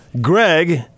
Greg